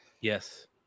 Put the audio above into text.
Yes